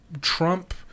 Trump